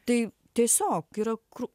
tai tiesiog yra kur